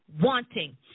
wanting